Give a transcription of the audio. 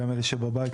גם אלה שבבית,